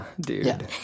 dude